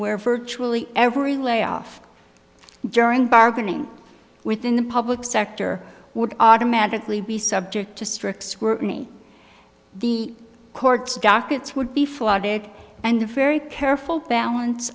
where virtually every lay off during bargaining within the public sector would automatically be subject to strict scrutiny the court dockets would be flooded and a very careful balance